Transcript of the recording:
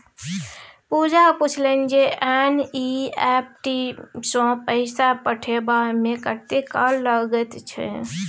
पूजा पूछलनि जे एन.ई.एफ.टी सँ पैसा पठेबामे कतेक काल लगैत छै